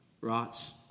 rots